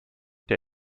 der